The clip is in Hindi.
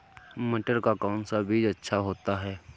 मटर का कौन सा बीज अच्छा होता हैं?